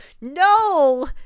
no